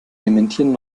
dementieren